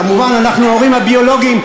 כמובן אנחנו ההורים הביולוגיים,